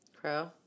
Crow